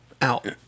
out